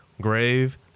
Grave